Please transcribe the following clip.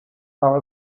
are